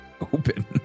open